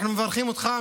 אנחנו מברכים אותך,